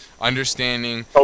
understanding